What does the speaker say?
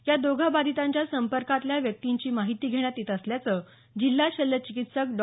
या दोघा बाधितांच्या संपर्कातल्या व्यक्तींची माहिती घेण्यात येत असल्याचं जिल्हा शल्यचिकित्सक डॉ